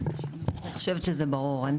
אני חושבת שזה ברור.